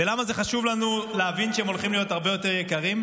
ולמה זה חשוב לנו להבין שהן הולכות להיות הרבה יותר יקרות?